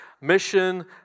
Mission